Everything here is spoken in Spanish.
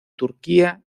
turquía